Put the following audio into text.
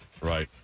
Right